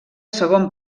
segon